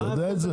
אתה יודע את זה?